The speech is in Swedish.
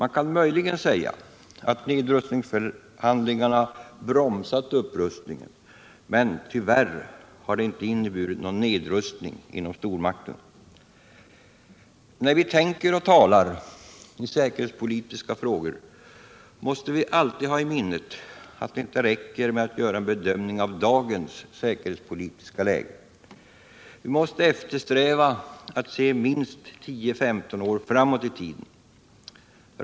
Man kan möjligen säga att nedrustningsförhandlingarna bromsat upprustningen, men tyvärr har det inte inneburit någon nedrustning inom stormakterna. När vi tänker och talar i säkerhetspolitiska frågor måste vi alltid ha i minnet att det inte räcker med att göra en bedömning av dagens säkerhetspolitiska läge. Vi måste eftersträva att se minst 10-15 år framåt i tiden.